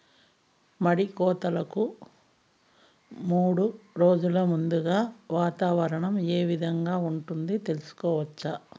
మడి కోతలకు మూడు రోజులు ముందుగా వాతావరణం ఏ విధంగా ఉంటుంది, తెలుసుకోవచ్చా?